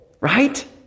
right